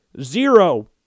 zero